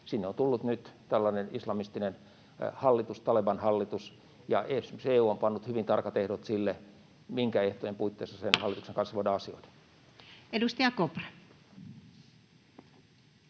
Sinne on tullut nyt tällainen islamistinen hallitus, Taleban-hallitus, ja esimerkiksi EU on pannut hyvin tarkat ehdot sille, minkä ehtojen puitteissa sen hallituksen kanssa voidaan asioida. [Speech 25]